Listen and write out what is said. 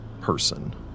person